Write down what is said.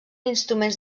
instruments